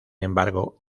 embargo